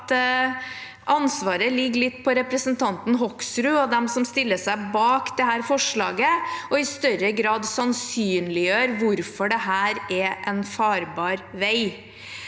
at ansvaret ligger litt på representanten Hoksrud og dem som stiller seg bak dette forslaget, for i større grad å sannsynliggjøre hvorfor dette er en farbar vei.